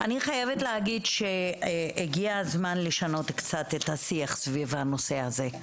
אני חייבת להגיד שהגיע הזמן לשנות קצת את השיח סביב הנושא הזה.